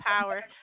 power